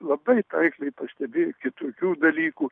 labai taikliai pastebėjo kitokių dalykų